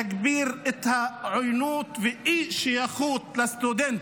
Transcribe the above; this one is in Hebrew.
יגביר את העוינות ואת האי-שייכות של הסטודנט